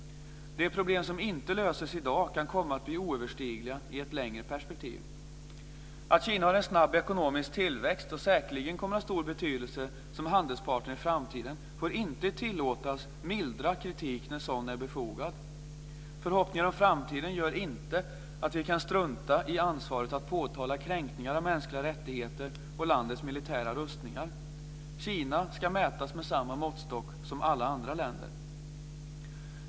De problem som inte löses i dag kan komma att bli oöverstigliga i ett längre perspektiv. Att Kina har en snabb ekonomisk tillväxt och säkerligen kommer att ha stor betydelse som handelspartner i framtiden får inte tillåtas mildra kritik när sådan är befogad. Förhoppningar om framtiden gör inte att vi kan strunta i ansvar att påtala kränkningar av mänskliga rättigheter och landets militära rustningar. Kina ska mätas med samma måttstock som alla andra länder.